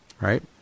Right